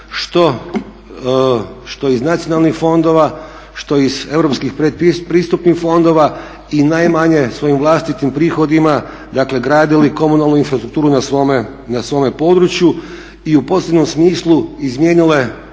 što iz nacionalnih fondova, što iz europskih pretpristupnih fondova i najmanje svojim vlastitim prihodima dakle gradili komunalnu infrastrukturu na svome području i u pozitivnom smislu izmijenile